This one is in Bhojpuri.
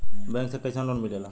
बैंक से कइसे लोन मिलेला?